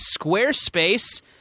Squarespace